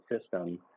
system